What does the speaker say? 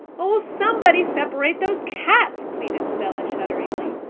oh, will somebody separate those cats? pleaded stella, shudderingly.